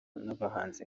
n’abahanzi